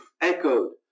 echoed